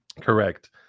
correct